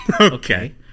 okay